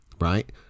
right